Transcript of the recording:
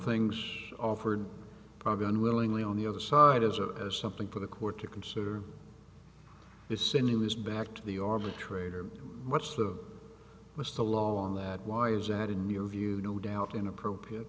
things offered probably unwillingly on the other side as a as something for the court to consider this sinew is back to the arbitrator of what's the most the law on that why is that in your view no doubt inappropriate